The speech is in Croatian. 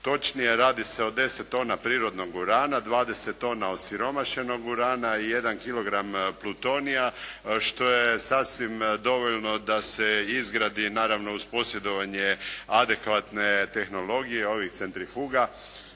Točnije, radi se o 10 tona prirodnog urana, 20 tona osiromašenog urana i jedan kilogram plutonija, što je sasvim dovoljno da se izgradi, naravno uz posjedovanje adekvatne tehnologije ovih centrifuga